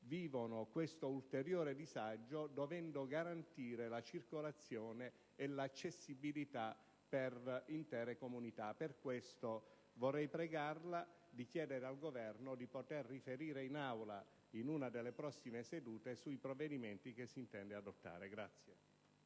vivono questo ulteriore disagio dovendo garantire la circolazione e l'accessibilità per intere comunità. Per questo vorrei pregarla di chiedere al Governo di riferire in Aula in una delle prossime sedute sui provvedimenti che si intende adottare.